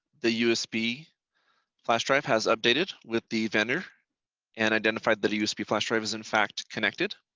the usb flash drive has updated with the vendor and identified that usb flash drive is in fact connected.